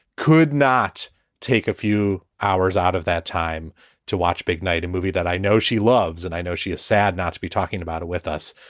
could not take a few hours out of that time to watch big night, a movie that i know she loves. and i know she is sad not to be talking about it with us.